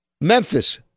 Memphis